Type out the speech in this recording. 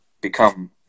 become